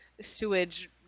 sewage